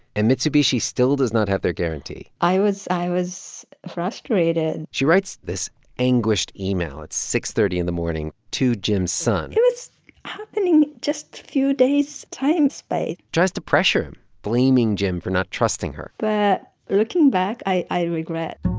and mitsubishi still does not have their guarantee i was i was frustrated she writes this anguished email at six thirty in the morning to jim's son. it was happening just a few days times by. tries to pressure him, blaming jim for not trusting her but looking back, i i regret.